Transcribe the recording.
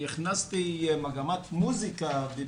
ועכשיו אני הולכת להגיד משהו לא פשוט והוא